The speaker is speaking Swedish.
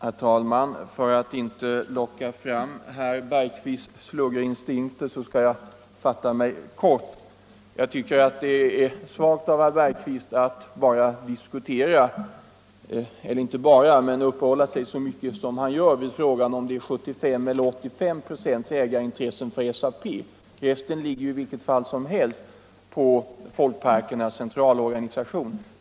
Nr 16 | Herr talman! För att inte locka fram herr Bergqvists sluggerinstinkter Onsdagen den skall jag fatta mig kort. 5 november 1975 Jag tycker att det är svagt av herr Bergqvist att uppehålla sig så mycket = som han gör vid frågan om det är 75 eller 85 2 ägarintressen för SAP. Förbud för politiskt Resten ligger ju i vilket fall som helst på det närstående Folkparkernas = parti att inneha centralorganisation.